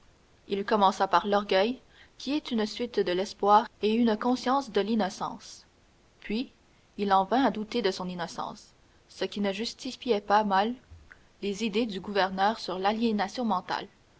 il commença par l'orgueil qui est une suite de l'espoir et une conscience de l'innocence puis il en vint à douter de son innocence ce qui ne justifiait pas mal les idées du gouverneur sur l'aliénation mentale